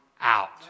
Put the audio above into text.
out